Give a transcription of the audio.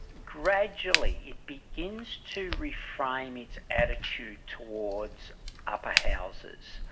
gradually begins to reframe its attitude towards upper houses,